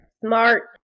smart